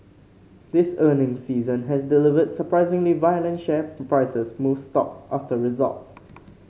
this earnings season has delivered surprisingly violent share prices moves stocks after results